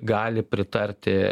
gali pritarti